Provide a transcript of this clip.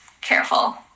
careful